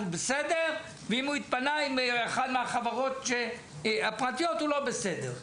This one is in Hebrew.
בסדר ואם הוא התפנה עם אחת מהחברות הפרטיות הוא לא בסדר.